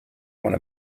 one